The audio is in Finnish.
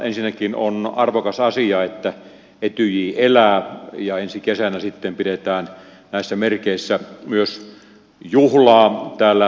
ensinnäkin on arvokas asia että etyj elää ja ensi kesänä sitten pidetään näissä merkeissä myös juhla täällä helsingissä